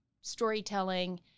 storytelling